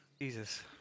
Jesus